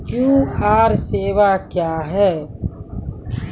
QR सेवा क्या हैं?